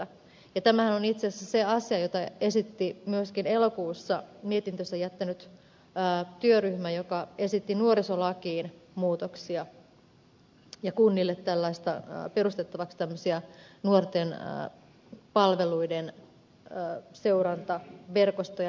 tämähän on itse asiassa se asia jota esitti myöskin elokuussa mietintönsä jättänyt työryhmä joka esitti nuorisolakiin muutoksia ja kunnille perustettavaksi tämmöisiä nuorten palveluiden seurantaverkostoja